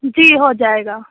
جی ہو جائے گا